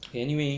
anyway